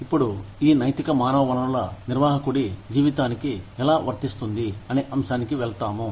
ఇప్పుడు ఈ నైతిక మానవ వనరుల నిర్వాహకుడి జీవితానికి ఎలా వర్తిస్తుంది అనే అంశానికి వెళ్తాము